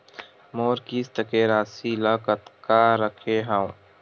मोर किस्त के राशि ल कतका रखे हाव?